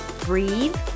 breathe